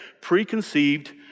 preconceived